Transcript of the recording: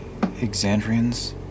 Exandrians